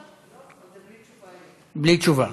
בלי תשובה.